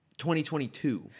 2022